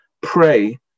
pray